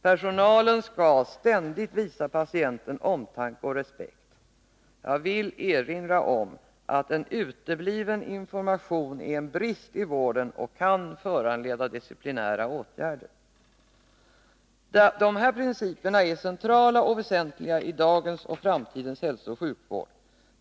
Personalen skall ständigt visa patienten omtanke och respekt. Jag vill erinra om att en utebliven information är en brist i vården och kan föranleda disciplinära åtgärder. De här principerna är centrala och väsentliga i dagens och framtidens hälsooch sjukvård.